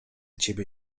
ciebie